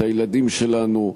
את הילדים שלנו,